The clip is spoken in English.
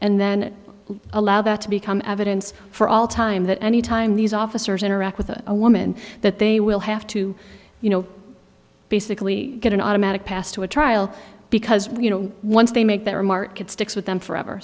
and then allow that to become evidence for all time that any time these officers interact with a woman that they will have to you know basically get an automatic pass to a trial because you know once they make that remark it sticks with them forever